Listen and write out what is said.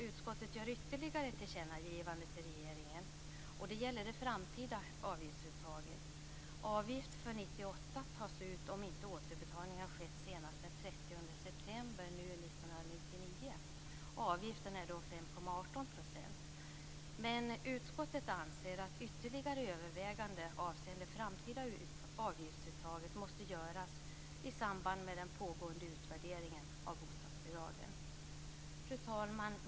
Utskottet gör ytterligare ett tillkännagivande till regeringen. Det gäller det framtida avgiftsuttaget. Avgift för år 1998 tas ut om inte återbetalning har skett senast den 30 september 1999, och avgiften är då 5,18 %. Men utskottet anser att ytterligare överväganden avseende det framtida avgiftsuttaget måste göras i samband med den pågående utvärderingen av bostadsbidragen. Fru talman!